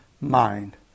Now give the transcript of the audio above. mind